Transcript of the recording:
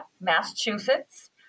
Massachusetts